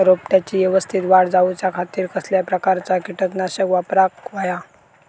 रोपट्याची यवस्तित वाढ जाऊच्या खातीर कसल्या प्रकारचा किटकनाशक वापराक होया?